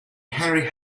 henry